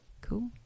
Cool